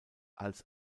als